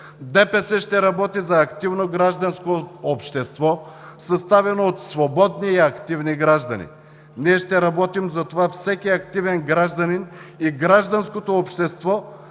ДПС ще работи за активно гражданско общество, съставено от свободни и активни граждани! Ние ще работим за това всеки активен гражданин и гражданското общество